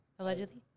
Allegedly